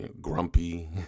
grumpy